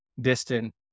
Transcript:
distant